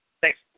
Thanks